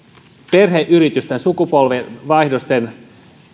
perheyritysten sukupolvenvaihdosten